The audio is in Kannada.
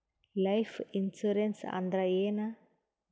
ಲೈಫ್ ಇನ್ಸೂರೆನ್ಸ್ ಅಂದ್ರ ಏನ?